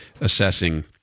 assessing